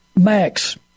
Max